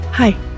Hi